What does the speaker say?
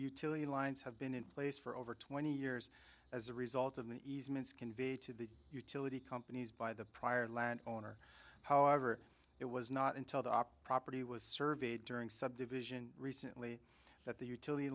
utility lines have been in place for over twenty years as a result of the easements conveyed to the utility companies by the prior land owner however it was not until the property was surveyed during subdivision recently that the utility